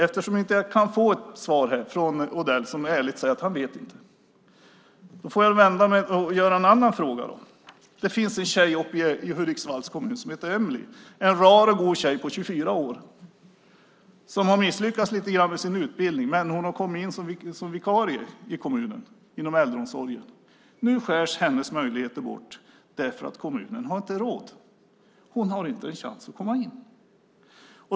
Eftersom jag inte kan få ett svar här från Odell som ärligt säger att han inte vet får jag väl ställa en annan fråga. Det finns en tjej uppe i Hudiksvalls kommun som heter Emilie. Det är en rar och go tjej på 24 år som har misslyckats lite grann med sin utbildning, men hon har kommit in som vikarie i kommunen, inom äldreomsorgen. Nu skärs hennes möjligheter bort för att kommunen inte har råd. Hon har inte en chans att komma in.